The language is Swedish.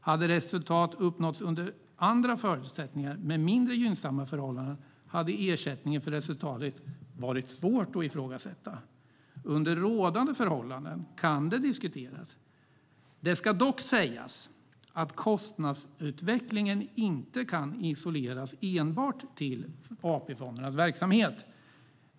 Hade resultatet uppnåtts under andra förutsättningar med mindre gynnsamma förhållanden hade ersättningen för resultatet varit svårt att ifrågasätta. Under rådande förhållanden kan det diskuteras. Det ska dock sägas att kostnadsutvecklingen inte kan isoleras enbart till AP-fondernas verksamhet.